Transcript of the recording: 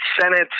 Senate